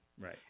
Right